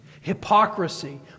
hypocrisy